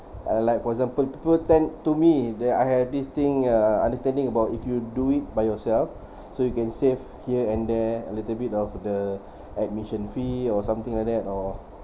and like for example people tend to me that I have this thing uh understanding about if you do it by yourself so you can save here and there a little bit of the admission fee or something like that or